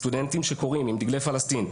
סטודנטים שקוראים עם דגלי פלשתין,